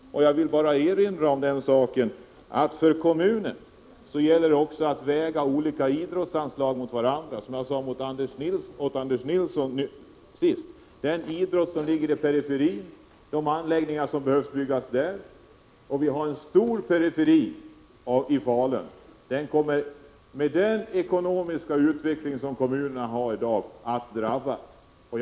Jag vill bara erinra om att det för kommunen — som jag talade om för Anders Nilsson — gäller att också väga olika idrottsanslag mot varandra. Det gällert.ex. vilka idrottsanläggningar som kan behöva byggas ute i periferin — och Falun har en stor periferi. Den ekonomiska utveckling som kommunerna har i dag innebär att orter i Faluns periferi kommer att drabbas.